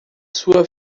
sua